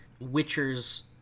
witchers